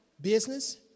business